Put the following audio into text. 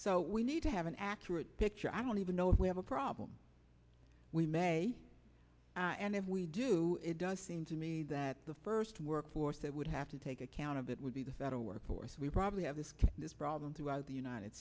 so we need to have an accurate picture i don't even know if we have a problem we may and if we do it does seem to me that the first work force that would have to take account of it would be the federal workforce we probably have this problem throughout the united